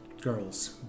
girls